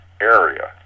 area